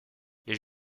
les